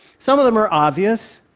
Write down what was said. some of them are obvious,